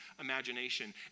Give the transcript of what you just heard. imagination